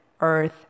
earth